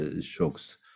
shocks